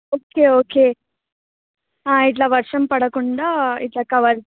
okay okay ఇట్లా వర్షం పడకుండా ఇట్లా కవర్